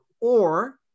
Or-